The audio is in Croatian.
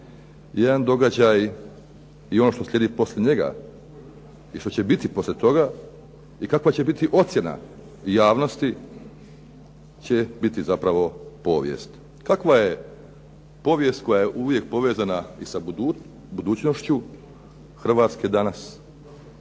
Jedan događaj i ono što slijedi poslije njega i što će biti poslije toga i kakva će biti ocjena i javnosti će biti zapravo povijest. Kakva je povijest koja je uvijek povezana i sa budućnošću Hrvatske danas.